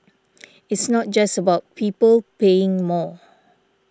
it's not just about people paying more